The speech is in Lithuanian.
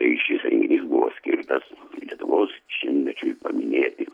tai šis renginys buvo skirtas lietuvos šimtmečiui paminėti